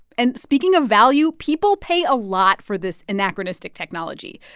and speaking of value, people pay a lot for this anachronistic technology.